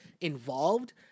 involved